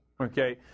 Okay